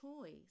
choice